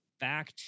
back